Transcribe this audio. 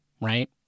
right